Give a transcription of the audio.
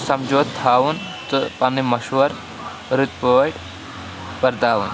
سَمجھوتھ تھاوُن تہٕ پنٛںہِ مَشوَر رٕتۍ پٲٹھۍ وَرتاوُن